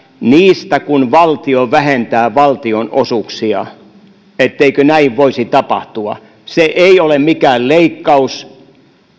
niistä valtio vähentää valtionosuuksia niin näin ei voisi tapahtua se ei ole mikään leikkaus